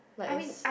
like it's